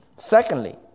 Secondly